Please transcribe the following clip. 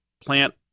plant